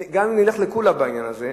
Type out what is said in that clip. גם אם נלך לקולא בעניין הזה,